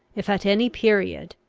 if at any period,